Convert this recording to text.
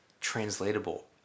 translatable